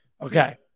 Okay